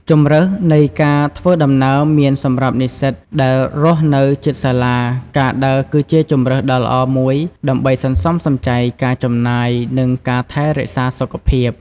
ជម្រើសនៃការធ្វើដំណើរ មាន សម្រាប់និស្សិតដែលរស់នៅជិតសាលា ការដើរគឺជាជម្រើសដ៏ល្អមួយដើម្បីសន្សំសំចៃការចំណាយ និងការថែរក្សាសុខភាព។